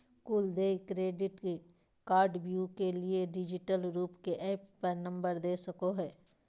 कुल देय क्रेडिट कार्डव्यू के लिए डिजिटल रूप के ऐप पर नंबर दे सको हइ